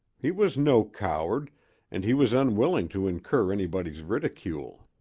he was no coward and he was unwilling to incur anybody's ridicule.